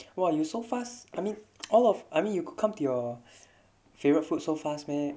why you so fast I mean all of army you could come to your favourite food so fast meh